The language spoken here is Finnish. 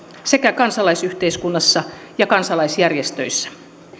sekä kansalaisyhteiskunnassa ja kansalaisjärjestöissä